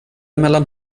mellan